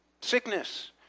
sickness